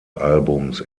albums